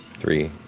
three,